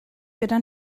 gyda